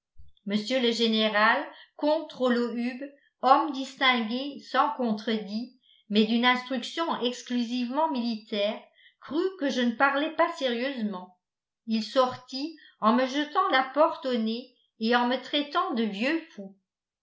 mr le général comte trollohub homme distingué sans contredit mais d'une instruction exclusivement militaire crut que je ne parlais pas sérieusement il sortit en me jetant la porte au nez et en me traitant de vieux fou